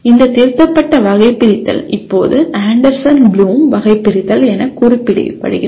இந்த திருத்தப்பட்ட வகைபிரித்தல் இப்போது ஆண்டர்சன் ப்ளூம் வகைபிரித்தல் என குறிப்பிடப்படுகிறது